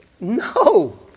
No